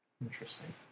Interesting